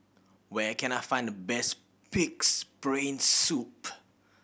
where can I find the best Pig's Brain Soup